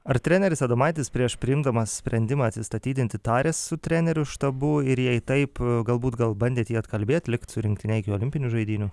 ar treneris adomaitis prieš priimdamas sprendimą atsistatydinti tarias su trenerių štabu ir jei taip galbūt gal bandėt jį atkalbėt likt su rinktine iki olimpinių žaidynių